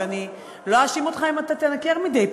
ואני לא אאשים אותך אם אתה תנקר מדי פעם,